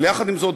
אבל יחד עם זאת,